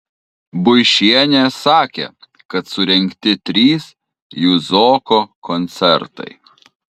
buišienė sakė kad surengti trys juzoko koncertai